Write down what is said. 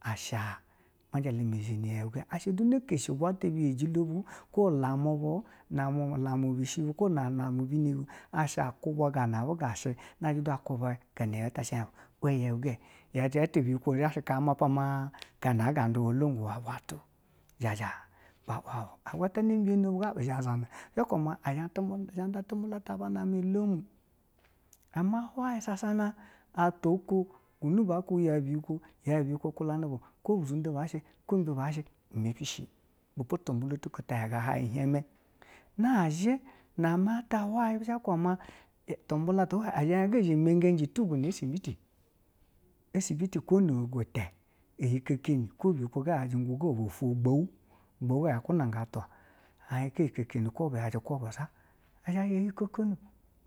Asha ma jala ma zheni yeu gen kwo biye jilo bu kwo lumwa bu lumwo bishi bu kwo lumwa bino bu, a sha a kuvwo ga na aba gashi na zhi tu a kuvwa ga na yeu shi na zhi a hien waa yeu ge yeu ite ka biyikwo zha shi maa ma gana a nga tuwa olongu iwe bwa to, jaja ba zha ba, wa ba agwatana biyeno buga ba zha ba uwa a zha nda tibwolo ta na ame-olom ama hwenyi sha sha na atwa iko gunu ba kube yeu biyikwo yeu biyi kwo kulana bu kwo bi zunde ba shi bi me pishi, ibepo tumula tu ko ta yaga hwayi ihiem na zhi name ata hwayi bu zha ba kuba tumula tu hwayi a zha hien ga zhe imegeji dugo na ɛsibiti, ɛsibuti ko nofo ita ihin keni ko bu yaji ungun gaba ofo ugbou, ugbou ga ya kuna ga atwa a hien ko un ihin keke ni a zha zha ɛ hin kokono